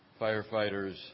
firefighters